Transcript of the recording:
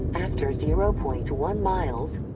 after zero point one miles.